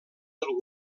del